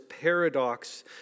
paradox